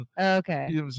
Okay